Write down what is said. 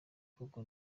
kuko